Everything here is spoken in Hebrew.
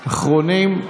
אחרונים.